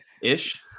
Ish